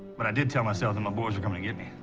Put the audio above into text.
but i did tell myself that my boys were gonna get me.